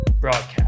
Broadcast